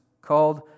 called